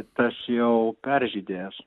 tas jau peržydėjęs